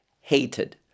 hated